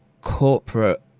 corporate